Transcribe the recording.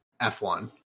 F1